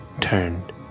turned